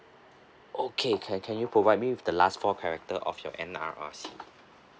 okay can can you provide me with the last four character of your N_R_I_C